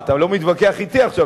אתה לא מתווכח אתי עכשיו.